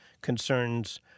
concerns